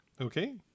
okay